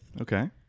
Okay